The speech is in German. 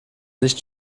nicht